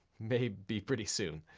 may be pretty soon.